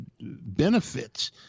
benefits